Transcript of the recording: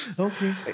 Okay